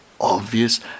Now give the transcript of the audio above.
obvious